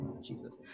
Jesus